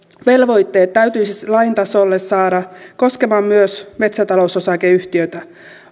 velvoitteet täytyisi lain tasolla saada koskemaan myös metsätalous osakeyhtiötä